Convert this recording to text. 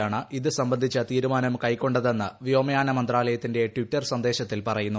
യാണ് ഇതു സംബന്ധിച്ച് തീരുമാനം കൈകൊണ്ടതെന്ന് വ്യോമയാന മന്ത്രാലയത്തിന്റെ് ടിറ്റർ സന്ദേശത്തിൽ പറയുന്നു